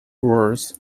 words